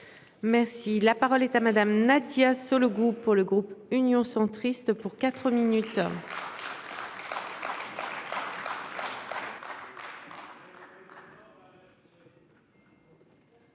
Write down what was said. Merci la parole est à madame Nadia Sollogoub pour le groupe Union centriste pour 4 minutes.